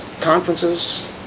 conferences